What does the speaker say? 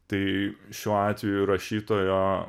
tai šiuo atveju rašytojo